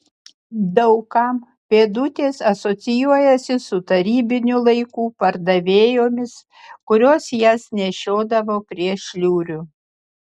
daug kam pėdutės asocijuojasi su tarybinių laikų pardavėjomis kurios jas nešiodavo prie šliurių